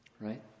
right